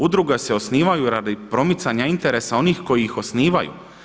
Udruge se osnivaju radi promicanja interesa onih koji ih osnivaju.